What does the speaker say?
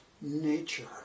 nature